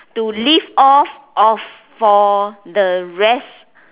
to live off of for the rest